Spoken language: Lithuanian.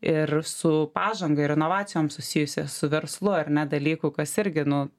ir su pažanga ir inovacijom susijusios su verslu ar ne dalykų kas irgi nu